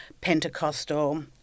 Pentecostal